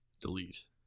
Delete